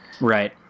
right